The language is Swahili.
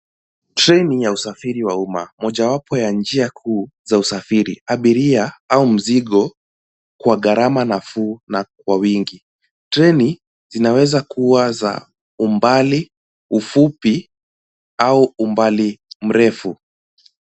Treni ya usafiri wa umma. Mmojawapo ya njia kuu za usafiri. Abiria au mzigo kwa gharama nafuu na kwa wingi. Treni zinaweza kuwa za umbali, ufupi au umbali mrefu.